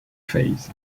phase